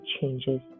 changes